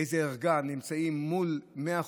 באיזו ערגה, נמצאות מול 100 חוליגנים.